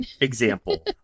example